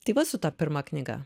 tai va su ta pirma knyga